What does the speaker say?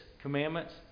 commandments